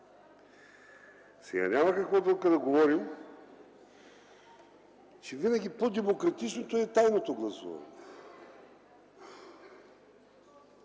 Няма какво тук да говорим, че винаги по-демократичното е тайното гласуване.